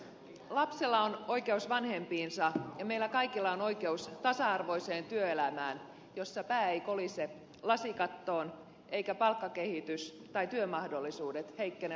lapsella on oikeus vanhempiinsa ja meillä kaikilla on oikeus tasa arvoiseen työelämään jossa pää ei kolise lasikattoon eivätkä palkkakehitys tai työmahdollisuudet heikkene lapsensaannin myötä